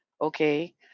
okay